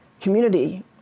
community